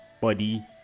body